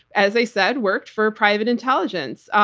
as i said, worked for private intelligence,